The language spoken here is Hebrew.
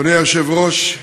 אדוני היושב-ראש,